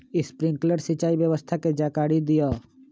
Sprinkler सिंचाई व्यवस्था के जाकारी दिऔ?